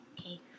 Okay